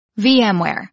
VMware